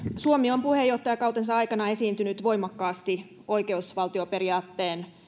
suomi on puheenjohtajakautensa aikana esiintynyt voimakkaasti oikeusvaltioperiaatteen